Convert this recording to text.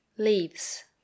LEAVES